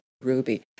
Ruby